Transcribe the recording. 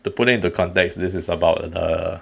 to put it into context this is about the